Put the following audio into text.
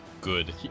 Good